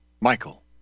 Michael